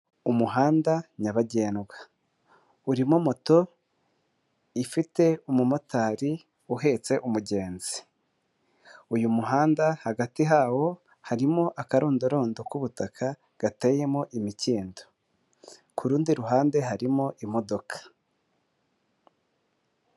Umuhanda nyabagendwa, urimo moto, ifite umumotari uhetse umugenzi. Uyu muhanda hagati hawo harimo akarondarondo k'ubutaka gateyemo imikindo. ku rundi ruhande, harimo imodoka.